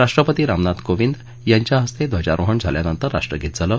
राष्ट्रपती रामनाथ कोविंद यांच्या हस्ते ध्वजारोहण झाल्यानंतर राष्ट्रगीत झालं